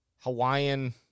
Hawaiian